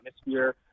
atmosphere